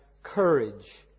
courage